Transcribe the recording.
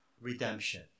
redemption